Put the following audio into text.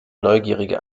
neugierige